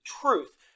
truth